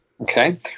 Okay